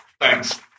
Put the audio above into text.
Thanks